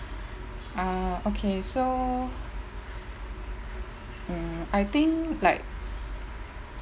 uh okay so mm I think like